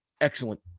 Excellent